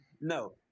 no